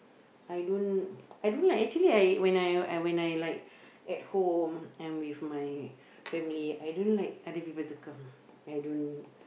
I don't I don't like actually I when I when I like at home I with my family I don't like other people to come I don't